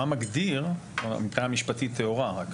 מה מגדיר מבחינה משפטית טהורה?